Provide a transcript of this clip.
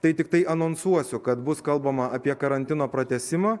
tai tiktai anonsuosiu kad bus kalbama apie karantino pratęsimą